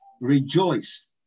rejoice